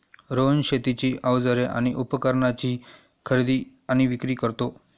रोहन शेतीची अवजारे आणि उपकरणाची खरेदी आणि विक्री करतो